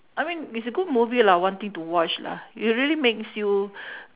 I mean it's a good movie lah one thing to watch lah it really makes you